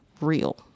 real